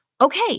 okay